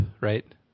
right